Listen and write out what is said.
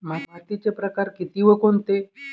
मातीचे प्रकार किती व कोणते?